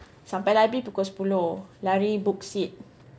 sampai library pukul sepuluh lari book seat